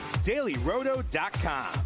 dailyroto.com